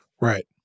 Right